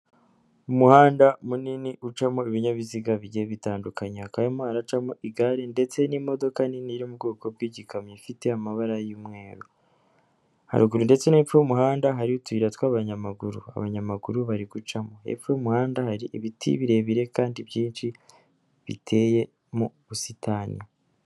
Umuhanda munini ucamo ibinyabiziga bigiye bitandukanye, hakaba harimo haracamo igare ndetse n'imodoka nini yo mu bwoko bw'igikamyo ifite amabara y'umweru, haruguru ndetse n'pfo y'umuhanda hari utuyira tw'abanyamaguru, abanyamaguru bari gucamo hepfo y'umuhanda hari ibiti birebire kandi byinshi biteye mu busitani.